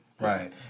Right